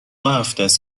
هفتست